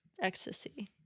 ecstasy